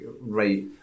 right